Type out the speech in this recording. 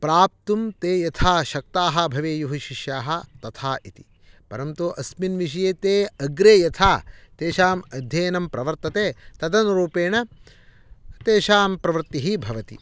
प्राप्तुं ते यथा शक्ताः भवेयुः शिष्याः तथा इति परन्तु अस्मिन् विषये ते अग्रे यथा तेषाम् अध्ययनं प्रवर्तते तदनुरूपेण तेषां प्रवृत्तिः भवति